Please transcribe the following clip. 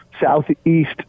Southeast